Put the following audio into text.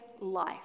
life